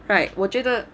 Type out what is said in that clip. right 我觉得